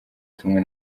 tumwe